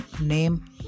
name